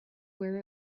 where